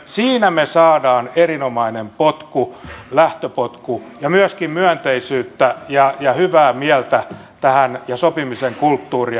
siinä me saamme erinomaisen potkun lähtöpotkun ja myöskin myönteisyyttä ja hyvää mieltä tähän ja sopimisen kulttuuria